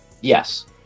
Yes